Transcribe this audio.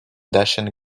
dachenn